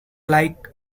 like